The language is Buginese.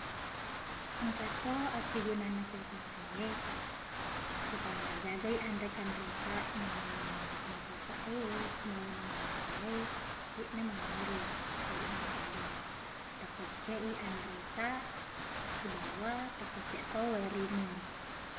Engkato akkegunanna kulkas e supaya najagai anre-kanreta mauni matasa e mauni mamata e deqna mawari ato deqna makekbong pakecce i anreta sibawa pakecce to wae rinung